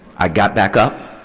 i got back up,